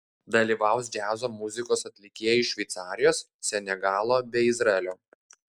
dalyvaus džiazo muzikos atlikėjai iš šveicarijos senegalo bei izraelio